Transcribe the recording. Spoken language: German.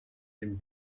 dem